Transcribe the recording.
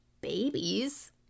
babies